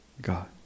God